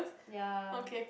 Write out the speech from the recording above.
ya